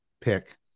pick